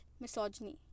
misogyny